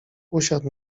usiadł